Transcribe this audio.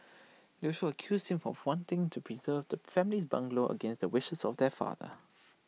they also accused him for wanting to preserve the family's bungalow against the wishes of their father